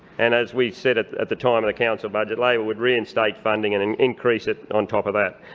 and as we said at at the time of the council budget, labor would reinstate funding and and increase it on top of that.